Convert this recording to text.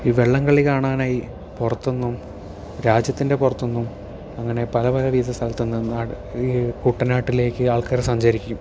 ഈ വള്ളംകളി കാണാനായി പുറത്തു നിന്നും രാജ്യത്തിൻറെ പുറത്ത് നിന്നും അങ്ങനെ പല പല വിധ സ്ഥലത്തു നിന്നും ഈ കുട്ടനാട്ടിലേക്ക് ആൾക്കാർ സഞ്ചരിക്കും